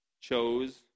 chose